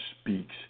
speaks